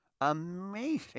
Amazing